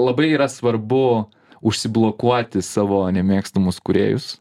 labai yra svarbu užsiblokuoti savo nemėgstamus kūrėjus